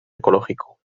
ecológico